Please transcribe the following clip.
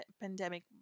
pandemic